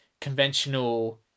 conventional